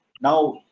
now